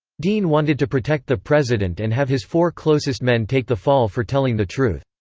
dean wanted to protect the president and have his four closest men take the fall for telling the truth.